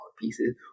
pieces